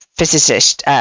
Physicist